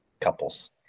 couples